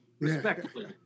Respectfully